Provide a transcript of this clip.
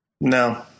No